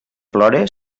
plores